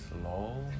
slow